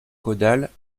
caudale